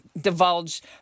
divulge